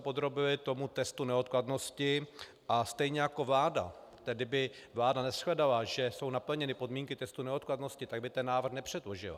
Podrobili jsme to zase tomu testu neodkladnosti a stejně jako vláda, kdyby vláda neshledala, že jsou naplněny podmínky testu neodkladnosti, tak by ten návrh nepředložila.